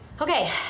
okay